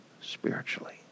spiritually